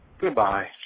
Goodbye